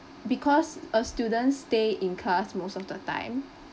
because uh students stay in class most of the time